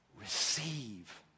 receive